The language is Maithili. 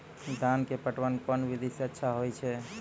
धान के पटवन कोन विधि सै अच्छा होय छै?